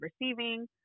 receiving